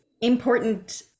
important